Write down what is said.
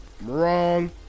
wrong